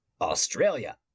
Australia